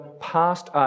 Past